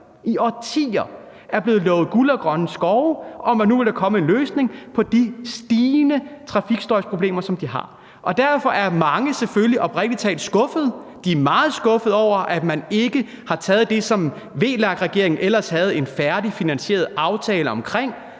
i årtier – er blevet lovet guld og grønne skove, i forhold til at nu ville der komme en løsning på de stigende trafikstøjsproblemer, som de har. Derfor er mange selvfølgelig oprigtig talt skuffede, meget skuffede, over, at man ikke har taget det, som VLAK-regeringen ellers havde en færdigt finansieret aftale om,